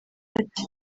ati